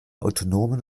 autonomen